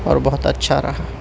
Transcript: اور بہت اچھا رہا